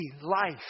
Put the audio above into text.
life